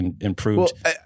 improved